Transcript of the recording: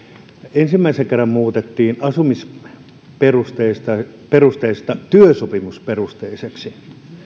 ensimmäisen kerran muutettiin asumisperusteisesta työsopimusperusteiseksi